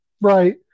Right